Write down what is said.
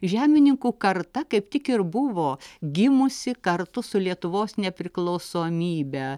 žemininkų karta kaip tik ir buvo gimusi kartu su lietuvos nepriklausomybe